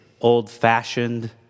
old-fashioned